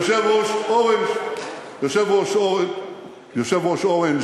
יושב-ראש "אורנג'" יושב-ראש "אורנג'",